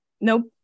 Nope